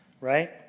right